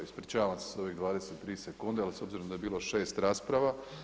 Ispričavam se sa ovih 23 sekunde ali s obzirom da je bilo 6 rasprava.